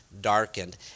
darkened